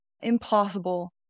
impossible